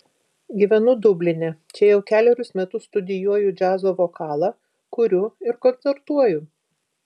gyvenu dubline čia jau kelerius metus studijuoju džiazo vokalą kuriu ir koncertuoju